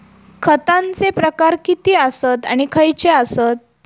खतांचे प्रकार किती आसत आणि खैचे आसत?